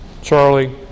Charlie